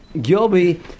Gilby